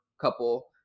couple